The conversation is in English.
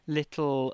little